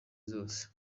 zose